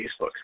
Facebook